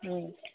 ꯎꯝ